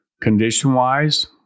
condition-wise